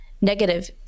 negative